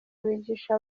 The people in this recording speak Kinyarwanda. bigisha